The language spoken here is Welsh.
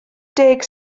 deg